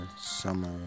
summer